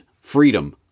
freedom